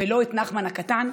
ולא את נחמן הקטן,